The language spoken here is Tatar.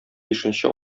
бишенче